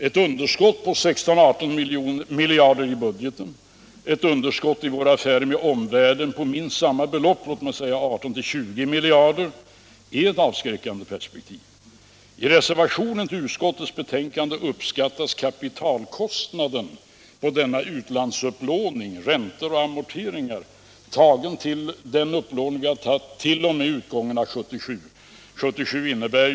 Ett underskott på 16-18 miljarder kronor i budgeten och ett underskott i våra affärer med omvärlden på minst samma belopp eller 18-20 miljarder kronor är ett avskräckande perspektiv. I reservationen till utskottets betänkande har man uppskattat kapitalkostnaden på denna utlandsupplåning, räntor och amorteringar, till den upplåning vi har tagit t.o.m. utgången av 1977 till 10 miljarder.